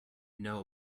know